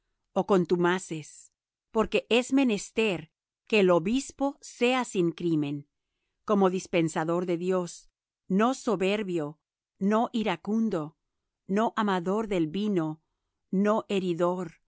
ó contumaces porque es menester que el obispo sea sin crimen como dispensador de dios no soberbio no iracundo no amador del vino no heridor